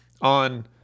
on